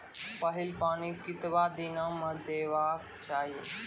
पहिल पानि कतबा दिनो म देबाक चाही?